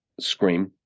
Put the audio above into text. Scream